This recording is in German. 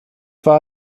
war